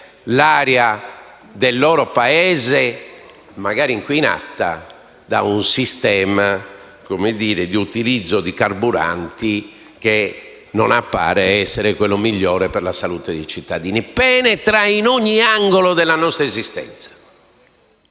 l'aria del loro Paese, magari inquinata da un sistema di utilizzo di carburanti che non appare essere il migliore per la salute dei cittadini. Penetra in ogni angolo della nostra esistenza,